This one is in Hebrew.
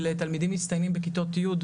של תלמידים מצטיינים בכיתות י',